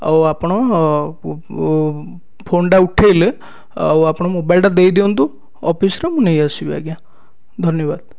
ଆଉ ଆପଣ ଫୋନ୍ଟା ଉଠେଇଲେ ଆଉ ଆପଣ ମୋବାଇଲ୍ଟା ଦେଇ ଦିଅନ୍ତୁ ଅଫିସ୍ରେ ମୁଁ ନେଇ ଆସିବି ଆଜ୍ଞା ଧନ୍ୟବାଦ